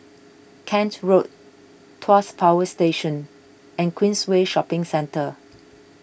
Kent Road Tuas Power Station and Queensway Shopping Centre